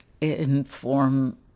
inform